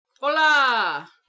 Hola